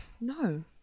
No